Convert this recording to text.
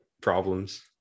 problems